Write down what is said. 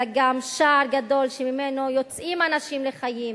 אלא גם שער גדול שממנו יוצאים אנשים לחיים